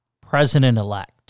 president-elect